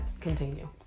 continue